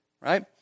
Right